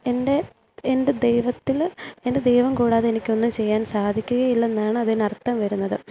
എൻ്റെ എൻ്റെ ദൈവത്തിൽ എൻ്റെ ദൈവം കൂടാതെ എനിക്കൊന്നും ചെയ്യാൻ സാധിക്കുകയില്ലന്നാണ് അതിന് അർത്ഥം വരുന്നത്